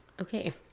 Okay